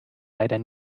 leider